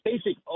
Basic